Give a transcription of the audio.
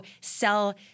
sell